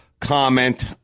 comment